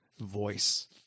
voice